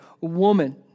woman